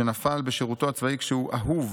שנפל בשירותו הצבאי כשהוא אהוב